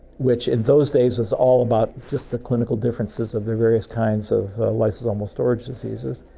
which in those days was all about just the clinical differences of the various kinds of lysosomal storage diseases.